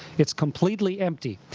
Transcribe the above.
it's completely empty.